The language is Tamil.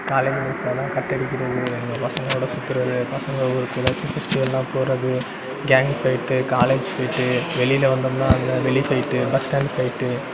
காலேஜ் லைஃபிலெலாம் கட்டடிக்கிறது பசங்களோடு சுத்துவது கேங் ஃபயிட்டு காலேஜ் ஃபயிட்டு வெளியில் வந்தோம்னால் அங்கே வெளி ஃபயிட்டு பஸ் ஸ்டாண்டு ஃபயிட்டு